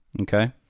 Okay